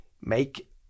make